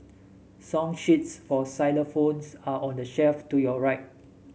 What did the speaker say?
song sheets for xylophones are on the shelf to your right